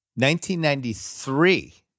1993